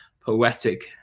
poetic